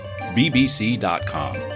bbc.com